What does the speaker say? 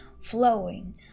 flowing